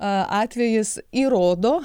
atvejis įrodo